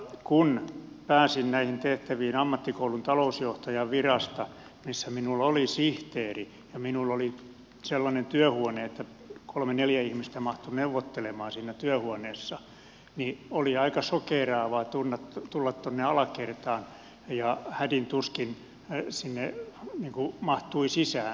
kun pääsin näihin tehtäviin ammattikoulun talousjohtajan virasta missä minulla oli sihteeri ja minulla oli sellainen työhuone että kolme neljä ihmistä mahtui neuvottelemaan siinä työhuoneessa niin oli aika sokeeraavaa tulla tuonne alakertaan hädin tuskin sinne mahtui sisään